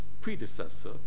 predecessor